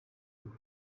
ngo